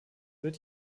wird